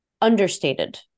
understated